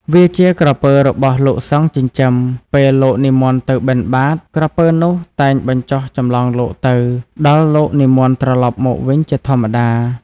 វាជាក្រពើរបស់លោកសង្ឃចិញ្ចឹម ពេល លោកនិមន្តទៅបិណ្ឌបាត ក្រពើនោះតែងបញ្ចុះចម្លងលោកទៅ ដល់លោកនិមន្តត្រឡប់មកវិញជាធម្មតា ។